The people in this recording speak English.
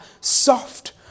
soft